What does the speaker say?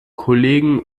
kollegen